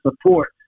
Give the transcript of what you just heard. support